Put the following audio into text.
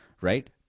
right